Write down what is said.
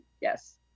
yes